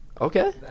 Okay